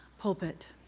pulpit